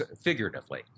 figuratively